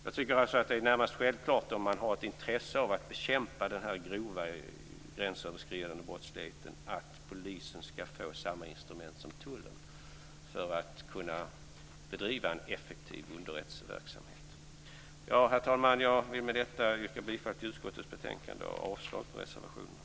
Jag tycker att det är närmast självklart om man har ett intresse av att bekämpa den grova gränsöverskridande brottsligheten att polisen skall få samma instrument som tullen för att kunna bedriva en effektiv underrättelseverksamhet. Herr talman! Jag vill med detta yrka bifall till utskottets hemställan i betänkandet och avslag på reservationerna.